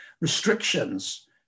restrictions